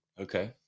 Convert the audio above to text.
okay